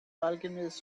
alchemist